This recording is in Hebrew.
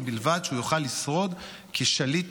ובלבד שהוא יוכל לשרוד כשליט